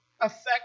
affect